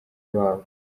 babo